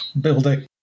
building